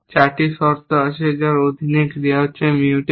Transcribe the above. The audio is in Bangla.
4টি শর্ত রয়েছে যার অধীনে ক্রিয়া হচ্ছে Mutex